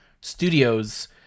Studios